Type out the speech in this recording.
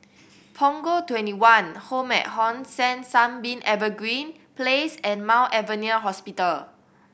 Punggol Twenty one Home at Hong San Sunbeam Evergreen Place and Mount Alvernia Hospital